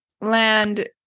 land